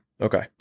Okay